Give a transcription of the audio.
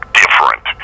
different